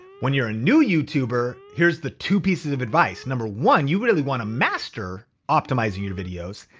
when you're a new youtuber, here's the two pieces of advice. number one, you really wanna master optimizing your videos.